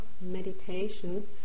meditation